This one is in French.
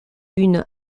une